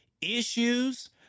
issues